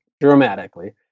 dramatically